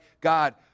God